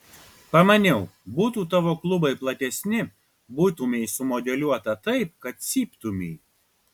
pamaniau būtų tavo klubai platesni būtumei sumodeliuota taip kad cyptumei